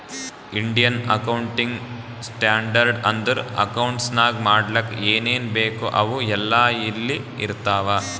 Indian accounting standard ಅಂದುರ್ accounts ನಾಗ್ ಮಾಡ್ಲಕ್ ಏನೇನ್ ಬೇಕು ಅವು ಎಲ್ಲಾ ಇಲ್ಲಿ ಇರ್ತಾವ